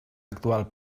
actual